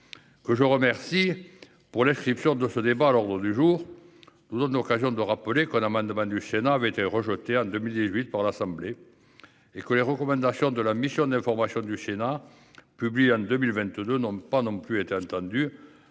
que je remercie pour l'inscription de ce débat à l'ordre du jour, nous donne l'occasion de rappeler qu'un amendement du Sénat avait été rejeté en 2018 par l'Assemblée nationale et que les recommandations de la mission d'information du Sénat, publiées en 2022, n'ont pas non plus été entendues,